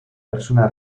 persona